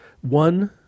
One